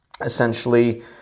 essentially